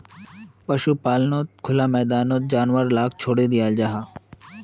पशुपाल्नोत खुला मैदानोत जानवर लाक छोड़े दियाल जाहा